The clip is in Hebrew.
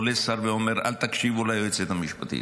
עולה שר ואומר: אל תקשיבו ליועצת המשפטית.